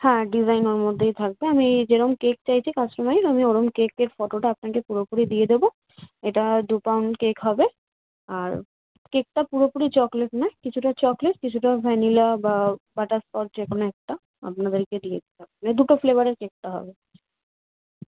হ্যাঁ ডিজাইন ওর মধ্যেই থাকবে আমি যেরম কেক চাইছি কাস্টোমাইজ আমি ওরম কেকের ফটোটা আপনাকে পুরোপুরি দিয়ে দেবো এটা দু পাউন্ড কেক হবে আর কেকটা পুরোপুরি চকলেট নয় কিছুটা চকলেট কিছুটা ভ্যানিলা বা বাটার স্কচ যে কোনো একটা আপনাদেরকে দিয়ে দিতে হবে দুটো ফ্লেভারের কেকটা হবে